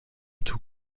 توو